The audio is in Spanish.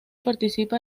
participa